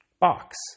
box